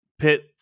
pit